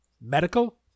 Medical